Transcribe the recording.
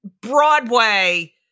Broadway